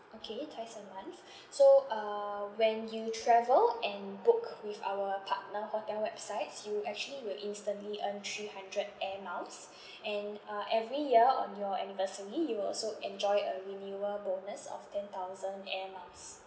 okay twice a month so uh when you travel and book with our partner hotel websites you actually will instantly earn three hundred air miles and uh every year on your anniversary you will also enjoy a renewal bonus of ten thousand air miles